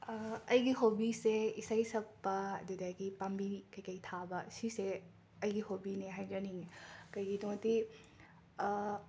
ꯑꯩꯒꯤ ꯍꯣꯕꯤꯁꯦ ꯏꯁꯩ ꯁꯛꯄ ꯑꯗꯨꯗꯒꯤ ꯄꯥꯝꯕꯤ ꯀꯩ ꯀꯩ ꯊꯥꯕ ꯁꯤꯁꯦ ꯑꯩꯒꯤ ꯍꯣꯕꯤꯅꯦ ꯍꯥꯏꯖꯅꯤꯡꯏ ꯀꯩꯒꯤꯅꯣꯗꯤ